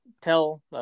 tell